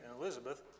Elizabeth